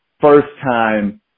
first-time